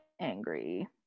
angry